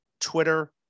Twitter